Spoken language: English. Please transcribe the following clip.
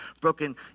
broken